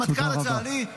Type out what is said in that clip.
המטכ"ל הצה"לי -- תודה רבה.